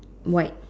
white